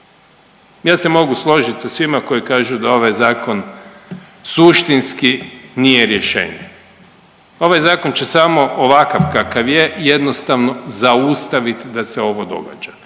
Ja se mogu složiti sa svima koji kažu da ovaj zakon suštinski nije rješenje. Ovaj zakon će samo ovakav kakav je jednostavno zaustaviti da se ovo događa.